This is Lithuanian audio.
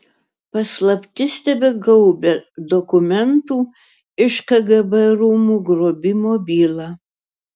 paslaptis tebegaubia dokumentų iš kgb rūmų grobimo bylą